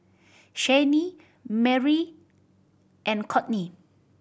Shayne Merry and Kortney